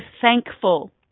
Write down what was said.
thankful